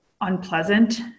unpleasant